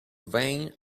vane